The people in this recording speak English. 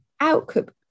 Output